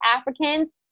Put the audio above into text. Africans